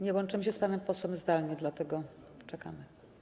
Nie, łączymy się z panem posłem zdalnie, dlatego czekamy.